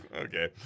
Okay